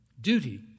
Duty